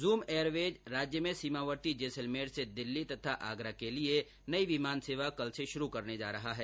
zoom Airways राज्य में सीमावर्ती जैसलमेर से दिल्ली तथा आगरा के लिए नयी विमान सेवा कल से शुरू करने जा रहा है